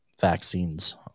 vaccines